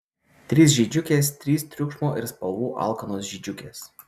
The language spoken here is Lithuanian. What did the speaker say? trys žydžiukės trys triukšmo ir spalvų alkanos žydžiukės